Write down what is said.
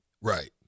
Right